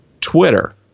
Twitter